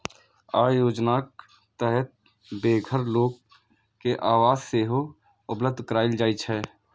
अय योजनाक तहत बेघर लोक कें आवास सेहो उपलब्ध कराएल जाइ छै